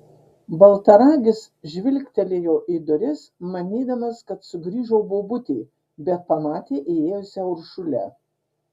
baltaragis žvilgtelėjo į duris manydamas kad sugrįžo bobutė bet pamatė įėjusią uršulę